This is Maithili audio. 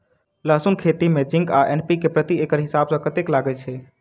लहसून खेती मे जिंक आ एन.पी.के प्रति एकड़ हिसाब सँ कतेक लागै छै?